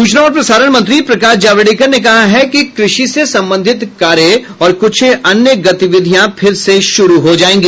सूचना और प्रसारण मंत्री प्रकाश जावडेकर ने कहा है कि कृषि से संबंधित कार्य और कुछ अन्य गतिविधियां फिर से शुरू हो जायेंगी